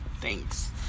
Thanks